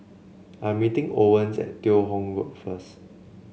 I'm meeting Owens at Teo Hong Road first